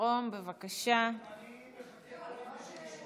אינה נוכחת,